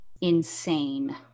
insane